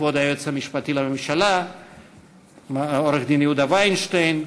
כבוד היועץ המשפטי לממשלה עורך-דין יהודה וינשטיין,